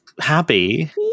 happy